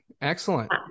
Excellent